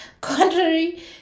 contrary